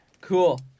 Cool